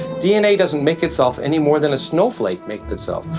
dna doesn't make itself any more than a snowflake makes itself.